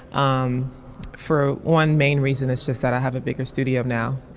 um for one main reason is just that i have a bigger studio now.